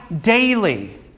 daily